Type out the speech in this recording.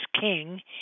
king